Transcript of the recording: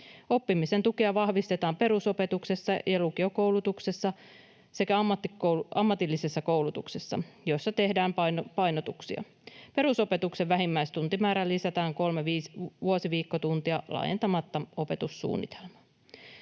Oppimisen tukea vahvistetaan perusopetuksessa ja lukiokoulutuksessa sekä ammatillisessa koulutuksessa, jossa tehdään painotuksia. Perusopetuksen vähimmäistuntimäärää lisätään kolme vuosiviikkotuntia laajentamatta opetussuunnitelmaa.